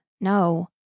no